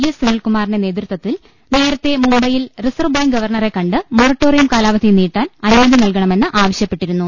S സുനിൽകുമാറിന്റെ നേതൃത്വത്തിൽ നേരത്തെ മുംബൈയിൽ റിസർവ് ബാങ്ക് ഗവർണറെ കണ്ട് മൊറട്ടോറിയം കാലാവധി നീട്ടാൻ അനു മതി നൽകണമെന്ന് ആവശ്യപ്പെട്ടിരുന്നു